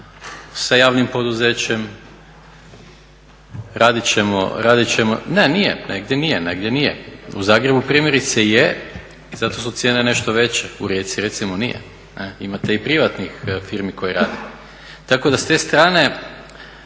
sa javnim poduzećem, raditi ćemo … …/Upadica se ne čuje./… Ne, nije, negdje nije, negdje nije, u Zagrebu primjerice je i zato su cijene nešto veće. U Rijeci recimo nije, imate i privatnih firmi koje rade. Tako da s te strane